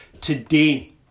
today